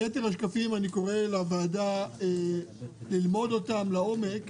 לגבי יתר השקפים אני קורא לוועדה ללמוד אותם לעומק,